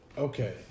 Okay